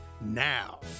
Now